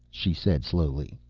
she said slowly.